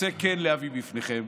רוצה כן להביא בפניכם,